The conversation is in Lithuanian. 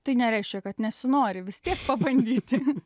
tai nereiškia kad nesinori vis tiek pabandyti